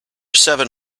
seven